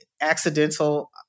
Accidental